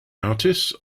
artists